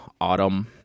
Autumn